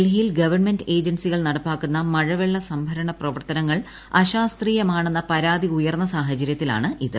ഡൽഹിയിൽ ഗവൺമെന്റ് ഏജൻസികൾ നടപ്പാക്കുന്ന മഴവെള്ള സംഭരണ പ്രവർത്തനങ്ങൾ അശാസ്ത്രീയമാണെന്ന പരാതി ഉയർന്ന സാഹചര്യത്തിലാണിത്